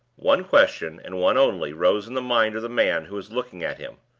one question, and one only, rose in the mind of the man who was looking at him.